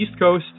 EASTCOAST